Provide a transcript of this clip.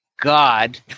God